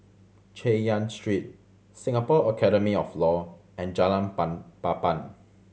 Chay Yan Street Singapore Academy of Law and Jalan Pan Papan